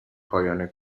پایان